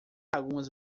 algumas